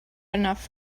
enough